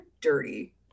dirty